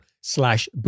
slash